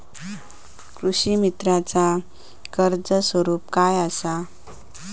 कृषीमित्राच कर्ज स्वरूप काय असा?